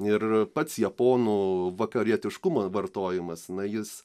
ir pats japonų vakarietiškumo vartojimas na jis